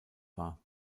war